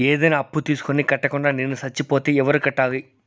ఏదైనా అప్పు తీసుకొని కట్టకుండా నేను సచ్చిపోతే ఎవరు కట్టాలి?